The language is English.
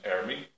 army